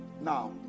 Now